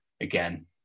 again